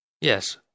Yes